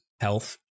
health